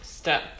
Step